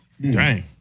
Right